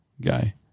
guy